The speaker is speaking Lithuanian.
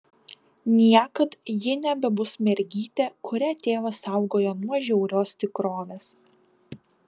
niekad ji nebebus mergytė kurią tėvas saugojo nuo žiaurios tikrovės